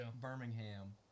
Birmingham